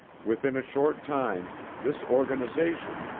within a short time this organization,